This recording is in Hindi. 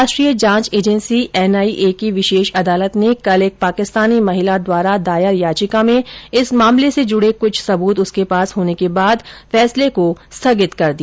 राष्ट्रीय जांच एजेंसी एनआईए की विशेष अदालत ने कल एक पाकिस्तानी महिला द्वारा दायर याचिका में इस मामले से जुड़े कुछ सबूत उसके पास होने के बाद फैसले को स्थगित कर दिया